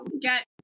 get